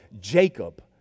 jacob